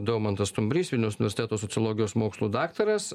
daumantas stumbrys vilniaus universiteto sociologijos mokslų daktaras